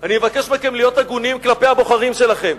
ואני מבקש מכם להיות הגונים כלפי הבוחרים שלכם.